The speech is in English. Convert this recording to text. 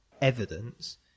evidence